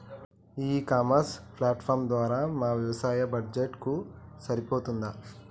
ఈ e commerce platform ధర మా వ్యవసాయ బడ్జెట్ కు సరిపోతుందా?